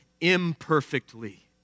imperfectly